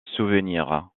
souvenir